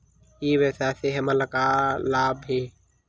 ई व्यवसाय से हमन ला का लाभ हे?